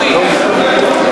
אומרים,